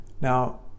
Now